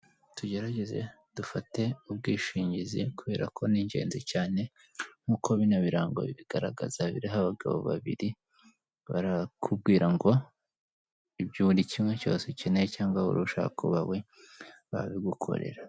Tugerageze dufate ubwishingizi kubera ko ni ingenzi cyane nkuko bino birango bibigaragaza biraho abagabo babiri, barakubwira ngo buri kimwe cyose ukeneye cyangwa ushaka kuba we babigukorera.